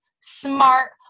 smart